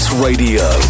Radio